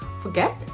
forget